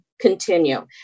continue